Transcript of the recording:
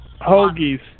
Hoagies